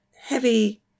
heavy